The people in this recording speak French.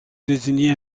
désigner